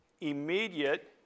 immediate